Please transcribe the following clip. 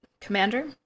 commander